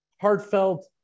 heartfelt